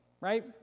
right